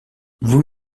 vous